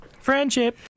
Friendship